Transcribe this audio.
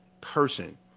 person